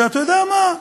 אתה יודע מה?